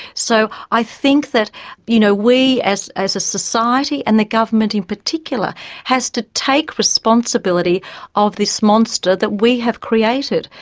so i think that you know we as as a society and the government in particular has to take responsibility of this monster that we have created,